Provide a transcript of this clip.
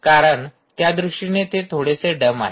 कारण त्या दृष्टीने ते थोडेसे डम आहेत